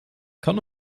kann